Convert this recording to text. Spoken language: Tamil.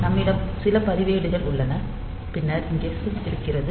நம்மிடம் சில பதிவேடுகள் உள்ளன பின்னர் இங்கே ஸ்விட்ச் இருக்கிறது